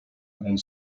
and